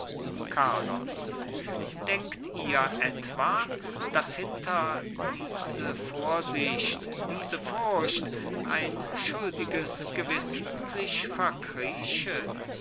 carlos denkt ihr etwa daß hinter diese vorsicht diese furcht ein schuldiges gewissen sich verkrieche